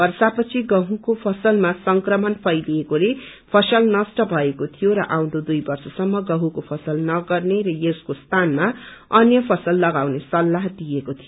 वर्षा पछि गहुको फसलमा संक्रमण फैलेकोले फसल नष्ट भएको थियो र आउँदो दुई वर्षसम्म गहुको फसल नगर्ने र यसको स्थानमा अन्य फसल लगाउने सल्लाहय दिएको थियो